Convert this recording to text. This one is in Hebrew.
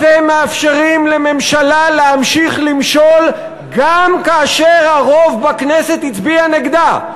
אתם מאפשרים לממשלה להמשיך למשול גם כאשר הרוב בכנסת הצביע נגדה.